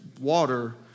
water